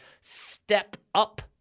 step-up